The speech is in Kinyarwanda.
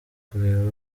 kureba